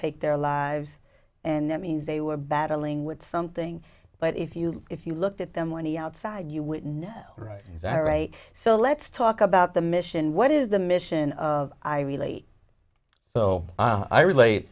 take their lives and that means they were battling with something but if you if you looked at them when the outside you wouldn't write as i write so let's talk about the mission what is the mission of i really so i relate